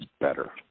better